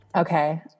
okay